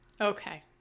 Okay